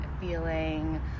feeling